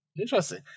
interesting